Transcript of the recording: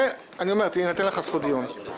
ואני אומר, תינתן לך זכות דיון.